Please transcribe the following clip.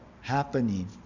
happening